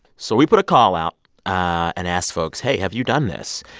so we put a call out and asked folks hey, have you done this?